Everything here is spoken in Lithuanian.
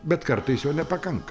bet kartais jo nepakanka